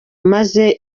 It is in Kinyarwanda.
maze